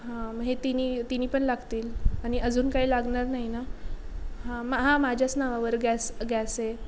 हां मग हे तिन्ही तिन्ही पण लागतील आणि अजून काही लागणार नाही ना हां मा हा माझ्याच नावावर गॅस गॅस आहे